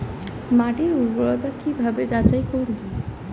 মাটির উর্বরতা কি ভাবে যাচাই করব?